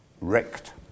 wrecked